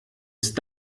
ist